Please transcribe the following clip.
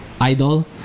idol